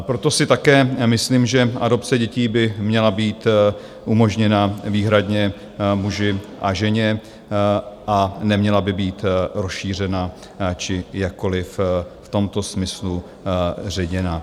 Proto si také myslím, že adopce dětí by měla být umožněna výhradně muži a ženě a neměla by být rozšířena či jakkoliv v tomto smyslu ředěna.